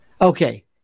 Okay